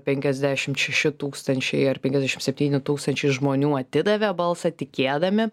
penkiasdešimt šeši tūkstančiai ar penkiasdešim septyni tūkstančiai žmonių atidavė balsą tikėdami